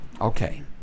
Okay